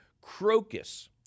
crocus